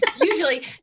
Usually